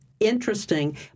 interesting